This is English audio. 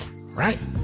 Right